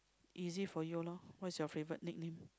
easy for you loh what is your favourite nickname